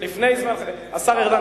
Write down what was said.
השר ארדן,